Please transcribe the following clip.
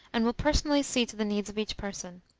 and will personally see to the needs of each person.